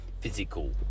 physical